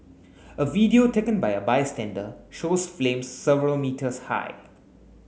a video taken by a bystander shows flames several metres high